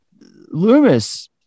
loomis